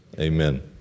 Amen